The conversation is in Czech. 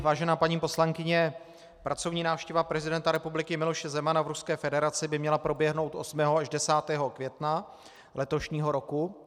Vážená paní poslankyně, pracovní návštěva prezidenta republiky Miloše Zemana v Ruské federaci by měla proběhnout 8. až 10. května letošního roku.